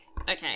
Okay